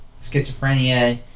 schizophrenia